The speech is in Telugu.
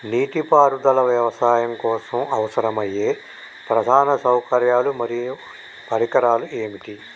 నీటిపారుదల వ్యవసాయం కోసం అవసరమయ్యే ప్రధాన సౌకర్యాలు మరియు పరికరాలు ఏమిటి?